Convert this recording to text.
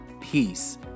Peace